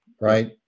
right